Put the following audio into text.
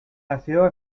nació